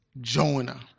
Jonah